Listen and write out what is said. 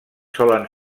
solen